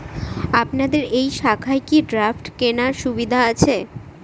আপনাদের এই শাখায় কি ড্রাফট কেনার সুবিধা আছে?